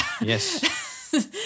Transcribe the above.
Yes